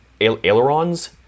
ailerons